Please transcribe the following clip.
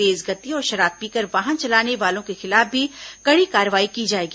तेज गति और शराब पीकर वाहन चलाने वालों के खिलाफ भी कड़ी कार्रवाई की जाएगी